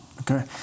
Okay